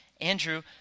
Andrew